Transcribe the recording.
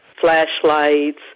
flashlights